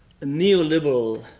neoliberal